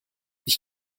ich